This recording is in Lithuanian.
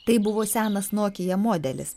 tai buvo senas nokija modelis